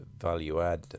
value-add